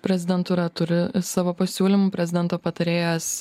prezidentūra turi savo pasiūlymų prezidento patarėjas